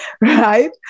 right